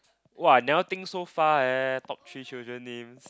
!wah! never think so far eh top three children names